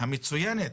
המצויינת,